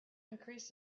increase